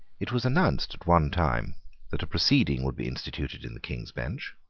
it was announced at one time that a proceeding would be instituted in the king's bench,